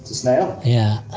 snail? yeah!